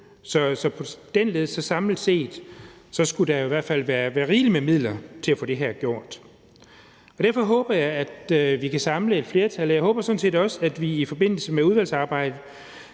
så på den led skulle der i hvert fald samlet set være rigeligt med midler til at få det her gjort. Derfor håber jeg, at vi kan samle et flertal, og jeg håber sådan set også, at vi i forbindelse med udvalgsarbejdet